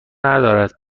ندارد